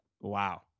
Wow